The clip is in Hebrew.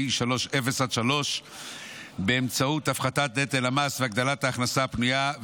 אפס עד שלוש באמצעות הפחתת נטל המס והגדלת ההכנסה הפנויה,